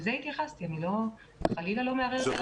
אני חלילה לא מערערת על דברי השר.